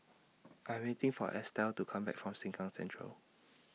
I'm waiting For Estela to Come Back from Sengkang Central